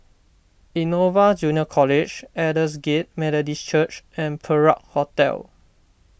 Innova Junior College Aldersgate Methodist Church and Perak Hotel